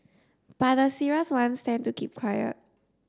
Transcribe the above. but the serious ones tend to keep quiet